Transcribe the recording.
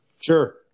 Sure